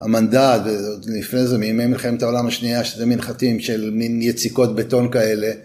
המנדט, ולפני זה מימי מלחמת העולם השנייה, שזה מנחתים של מין יציקות בטון כאלה